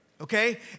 okay